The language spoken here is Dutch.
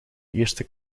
eerste